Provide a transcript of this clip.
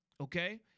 okay